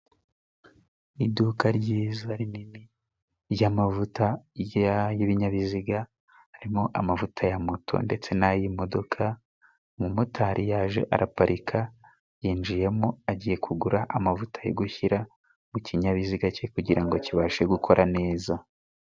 Iduka ryiza rinini ry'amavuta y'ibinyabiziga harimo amavuta ya moto ndetse n'ay'imodoka. Umumotari yaje araparika, yinjiyemo agiye kugura amavuta yo gushyira mu kinyabiziga cye kugira ngo kibashe gukora neza.